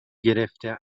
گرفته